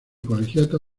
colegiata